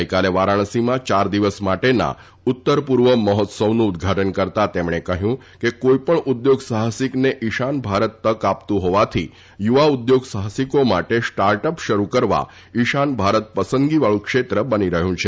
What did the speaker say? ગઇકાલે વારાણસીમાં ચાર દિવસ માટેના ઉત્તર પૂર્વ મહોત્વનું ઉદ્વાટન કરતાં તેમણે કહ્યું કે કોઇપણ ઉદ્યોગ સાહસિકને ઇશાન ભારત તક આપતું હોવાથી યુવા ઉદ્યોગ સાહસિકો માટે સ્ટાર્ટ અપ શરુ કરવા ઇશાન ભારત પસંદગીવાળુ ક્ષેત્ર બની રહ્યું છે